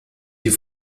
die